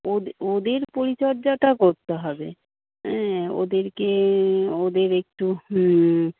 ওদের ওদের পরিচর্যাটা করতে হবে হ্যাঁ ওদেরকে ওদের একটু হুম